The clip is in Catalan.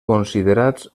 considerats